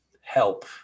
help